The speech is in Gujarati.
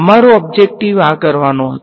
અમારો ઓબ્જેકટીવ આ કરવાનો હતો